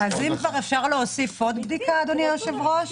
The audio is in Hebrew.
אפשר להוסיף עוד בדיקה אדוני היושב ראש?